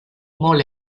molt